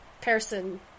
person